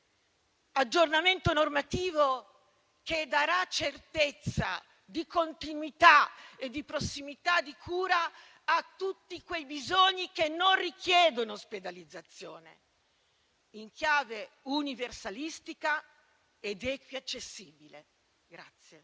aggiornamento normativo che darà certezza di continuità e di prossimità di cura a tutti quei bisogni che non richiedono ospedalizzazione, in chiave universalistica ed equiaccessibile.